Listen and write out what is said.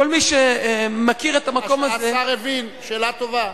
שכל מי שמכיר את המקום הזה, השר הבין, שאלה טובה.